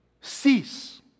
cease